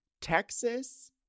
Texas